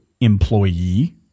employee